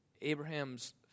Abraham's